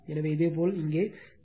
எனவே இதே போல் இங்கே கே